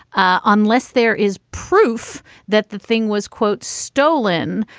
unless there is proof that the thing was, quote, stolen,